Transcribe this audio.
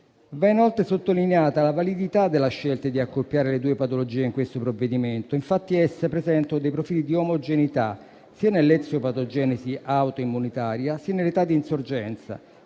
Va inoltre sottolineata la validità della scelta di accoppiare le due patologie in questo provvedimento. Infatti esse presentano dei profili di omogeneità sia nell'eziopatogenesi autoimmunitaria sia nell'età di insorgenza